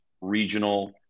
regional